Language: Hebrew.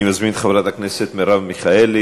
אני מזמין את חברת הכנסת מרב מיכאלי.